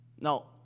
Now